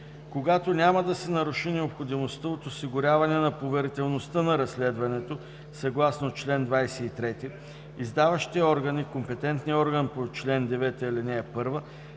Когато няма да се наруши необходимостта от осигуряване на поверителност на разследването съгласно чл. 23, издаващият орган и компетентният орган по чл. 9, ал. 1